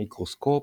מיקרוסקופ,